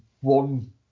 one